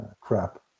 Crap